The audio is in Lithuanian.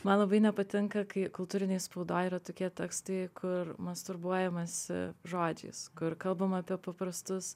man labai nepatinka kai kultūrinėj spaudoj yra tokie tekstai kur masturbuojamasi žodžiais kur kalbama apie paprastus